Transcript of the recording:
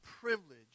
privilege